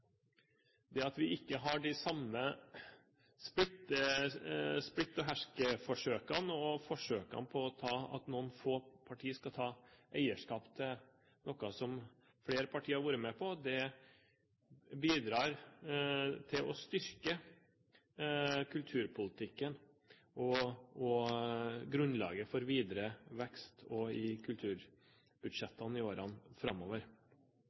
Det at vi ikke har de samme splitt-og-hersk-forsøkene og forsøkene på at noen få partier skal ta eierskap til noe som flere partier har vært med på, bidrar til å styrke kulturpolitikken og grunnlaget for videre vekst i kulturbudsjettene i årene framover.